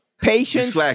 Patience